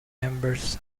members